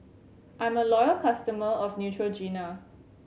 I'm a loyal customer of Neutrogena